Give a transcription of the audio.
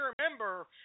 remember